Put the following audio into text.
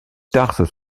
tarses